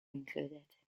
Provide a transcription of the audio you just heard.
included